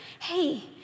hey